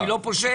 אני לא פושע.